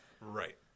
Right